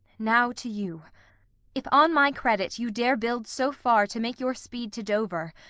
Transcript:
now to you if on my credit you dare build so far to make your speed to dover,